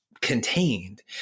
contained